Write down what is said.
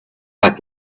back